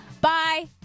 Bye